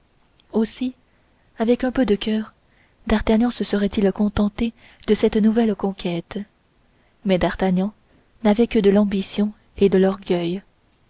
aussi avec un peu de coeur se serait-il contenté de cette nouvelle conquête mais d'artagnan n'avait que de l'ambition et de l'orgueil